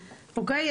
אוקיי?